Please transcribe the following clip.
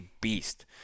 beast